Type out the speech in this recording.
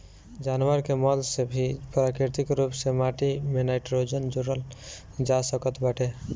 जानवर के मल से भी प्राकृतिक रूप से माटी में नाइट्रोजन जोड़ल जा सकत बाटे